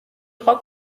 იყო